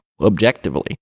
objectively